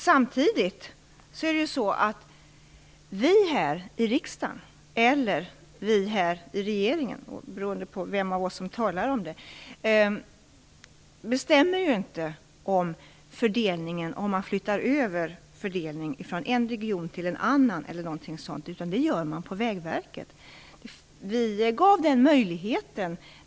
Samtidigt bestämmer inte vi här i riksdagen - eller i regeringen, beroende på vem som talar - om att flytta över fördelning från en region till en annan. Det gör man på Vägverket.